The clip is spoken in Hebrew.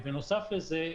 בנוסף לזה,